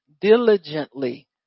diligently